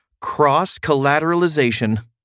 Cross-collateralization